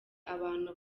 abantu